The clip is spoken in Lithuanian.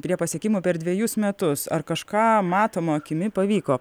prie pasiekimų per dvejus metus ar kažką matomo akimi pavyko